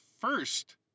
first